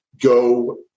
go